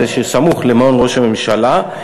זה שסמוך למעון ראש הממשלה,